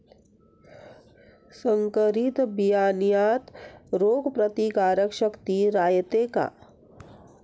संकरित बियान्यात रोग प्रतिकारशक्ती रायते का?